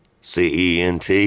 cent